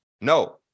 No